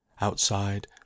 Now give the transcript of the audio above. outside